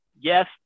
yes